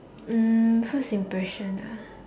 um first impression ah